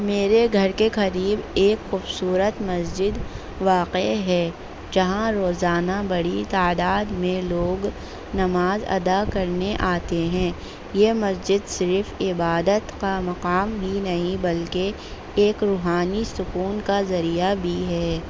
میرے گھر کے قریب ایک خوبصورت مسجد واقع ہے جہاں روزانہ بڑی تعداد میں لوگ نماز ادا کرنے آتے ہیں یہ مسجد صرف عبادت کا مقام بھی نہیں بلکہ ایک روحانی سکون کا ذریعہ بھی ہے